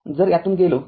तरजर यातून गेलो